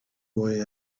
boy